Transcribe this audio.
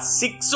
six